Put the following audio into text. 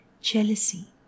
jealousy